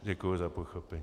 Děkuji za pochopení.